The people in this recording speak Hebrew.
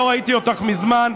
לא ראיתי אותך מזמן.